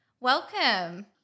Welcome